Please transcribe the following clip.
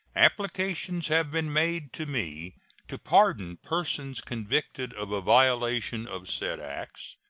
applications have been made to me to pardon persons convicted of a violation of said acts,